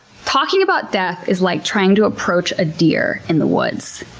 talking about death is like trying to approach a deer in the woods.